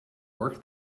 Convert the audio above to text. work